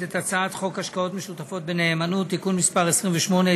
את הצעת חוק השקעות משותפות בנאמנות (תיקון מס' 28),